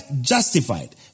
justified